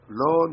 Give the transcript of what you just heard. lo